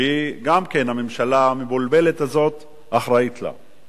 שהיא גם כן, הממשלה המבולבלת הזאת אחראית לה.